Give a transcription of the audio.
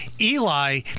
Eli